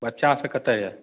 बच्चा सब कतऽ यऽ